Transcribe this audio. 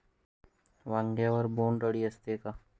वांग्यावर बोंडअळी असते का?